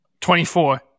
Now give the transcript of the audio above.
24